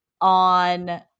on